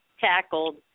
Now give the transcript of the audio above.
tackled